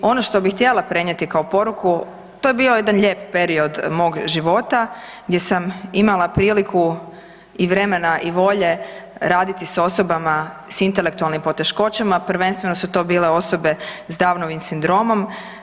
Ono što bi htjela prenijeti kao poruku, to je bio jedan lijep period mog života gdje sam imala priliku i vremena i volje raditi s osobama s intelektualnim poteškoćama, prvenstveno su to bile osobe s downovim sindromom.